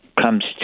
comes